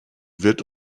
wird